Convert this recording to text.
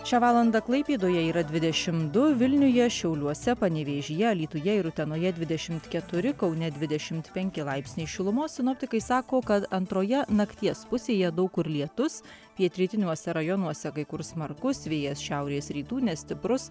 šią valandą klaipėdoje yra dvidešim du vilniuje šiauliuose panevėžyje alytuje ir utenoje dvidešimt keturi kaune dvidešimt penki laipsniai šilumos sinoptikai sako kad antroje nakties pusėje daug kur lietus pietrytiniuose rajonuose kai kur smarkus vėjas šiaurės rytų nestiprus